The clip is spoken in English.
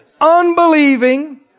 unbelieving